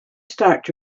start